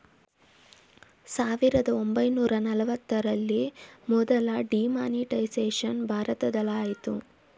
ಸಾವಿರದ ಒಂಬೈನೂರ ನಲವತ್ತರಲ್ಲಿ ಮೊದಲ ಡಿಮಾನಿಟೈಸೇಷನ್ ಭಾರತದಲಾಯಿತು